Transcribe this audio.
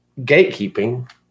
gatekeeping